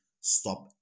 stop